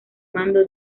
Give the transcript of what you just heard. mando